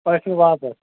ٲٹھمہِ واپَس